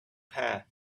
path